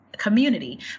community